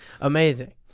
Amazing